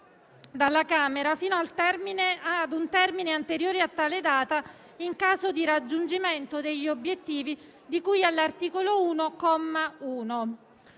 dalla Camera, fino ad un termine anteriore a tale data, in caso di raggiungimento degli obiettivi di cui all'articolo 1,